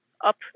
up